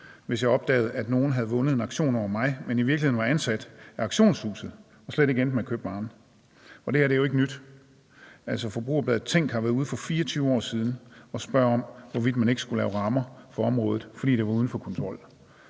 hvis jeg opdagede, at nogen havde vundet en auktion over mig, men i virkeligheden var ansat af auktionshuset og slet ikke endte med at købe varen. Det her jo ikke nyt. Forbrugerrådet Tænk var ude for 24 år siden og spørge om, hvorvidt man ikke skulle lave rammer på området, fordi det var uden for kontrol.